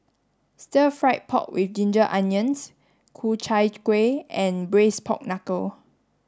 stir fried pork with ginger onions Ku Chai Kuih and braised pork knuckle